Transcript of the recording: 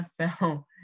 NFL